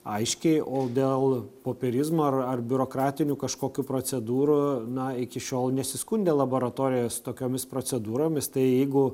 aiškiai o dėl popierizmo ar ar biurokratinių kažkokių procedūrų na iki šiol nesiskundė laboratorijos tokiomis procedūromis tai jeigu